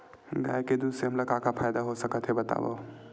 गाय के दूध से हमला का का फ़ायदा हो सकत हे बतावव?